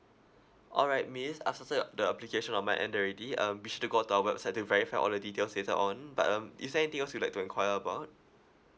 alright miss I started your the application on my end already um which to go to our website to verify all the details later on but um is there anything else you'd like to enquire about